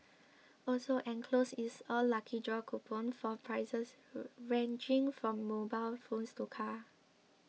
also enclosed is a lucky draw coupon for prizes ranging from mobile phones to cars